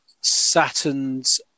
Saturn's